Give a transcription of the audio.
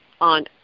on